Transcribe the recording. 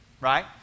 right